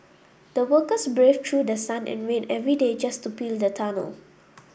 the workers braved through the sun and rain every day just to build the tunnel